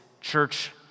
church